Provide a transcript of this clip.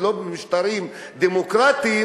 ולא במשטרים דמוקרטיים,